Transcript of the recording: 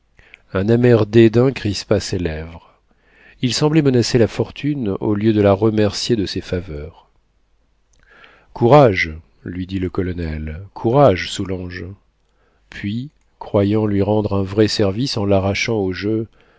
un amer dédain crispa ses lèvres il semblait menacer la fortune au lieu de la remercier de ses faveurs courage lui dit le colonel courage soulanges puis croyant lui rendre un vrai service en l'arrachant au jeu